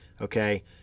okay